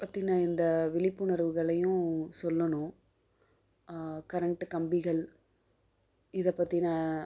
பற்றின இந்த விழிப்புணர்வுகளையும் சொல்லணும் கரண்ட்டு கம்பிகள் இதை பற்றின